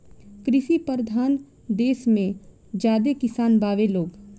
कृषि परधान देस मे ज्यादे किसान बावे लोग